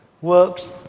works